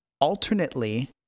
Alternately